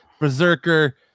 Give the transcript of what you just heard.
berserker